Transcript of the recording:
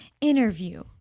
interview